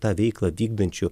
tą veiklą vykdančių